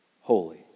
holy